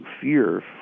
fear